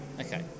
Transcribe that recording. Okay